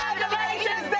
Congratulations